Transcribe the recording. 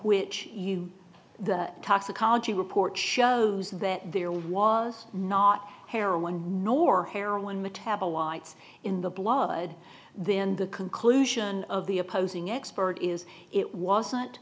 which you the toxicology report shows that there was not heroin nor heroin metabolites in the blood then the conclusion of the opposing expert is it wasn't